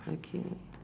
okay